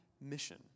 mission